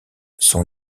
sont